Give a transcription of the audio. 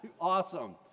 awesome